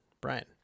Brian